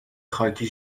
خاکی